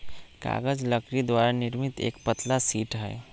कागज लकड़ी द्वारा निर्मित एक पतला शीट हई